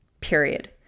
period